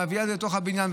מביאה את זה לתוך הבניין,